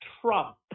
Trump